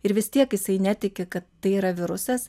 ir vis tiek jisai netiki kad tai yra virusas